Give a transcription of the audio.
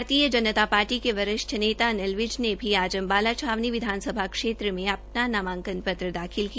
भारतीय जनता पार्टी के वरिष्ठ नेता अनिल विज ने भी आज अम्बाला छावनी विधानसभा क्षेत्र में अपना नामांकन पत्र दाखिल किया